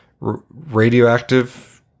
radioactive